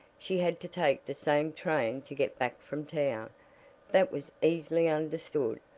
she had to take the same train to get back from town that was easily understood,